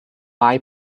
vai